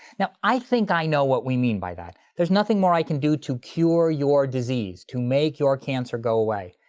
now i think i know what we mean by that. there's nothing more i can do to cure your disease, to make your cancer go away.